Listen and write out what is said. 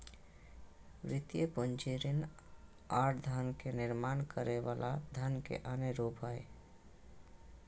वित्तीय पूंजी ऋण आर धन के निर्माण करे वला धन के अन्य रूप हय